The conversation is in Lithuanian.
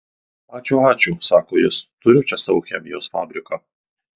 ačiū ačiū sako jis turiu čia savo chemijos fabriką